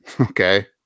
okay